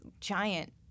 giant